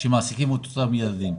שמעסיקים את אותם ילדים?